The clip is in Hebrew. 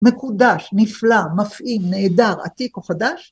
מקודש, נפלא, מפעים, נהדר, עתיק או חדש?